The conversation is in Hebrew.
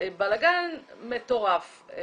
בלגן מטורף.